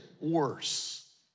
worse